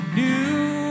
new